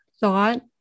thought